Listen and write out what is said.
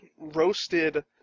roasted